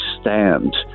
stand